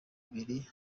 ibiri